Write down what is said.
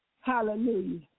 Hallelujah